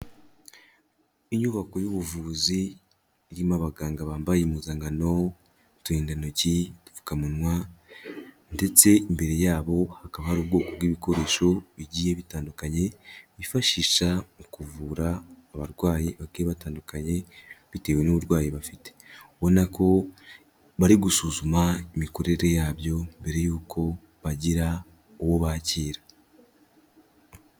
Inyubako y'ubuvuzi irimo abaganga bambaye impuzankano, uturindantoki, udupfukamunwa ndetse imbere yabo hakaba hari ubwoko bw'ibikoresho bigiye bitandukanye bifashisha mu kuvura abarwayi bagiye batandukanye bitewe n'uburwayi bafite, ubona ko bari gusuzuma imikorere yabyo mbere y'uko bagira uwo bakira.